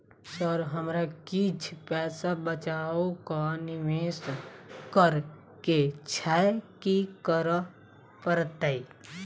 Sir हमरा किछ पैसा बचा कऽ निवेश करऽ केँ छैय की करऽ परतै?